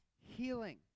healing